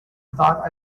thought